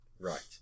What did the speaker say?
Right